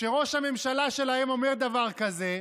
כשראש הממשלה שלהם אומר דבר כזה,